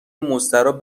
مستراح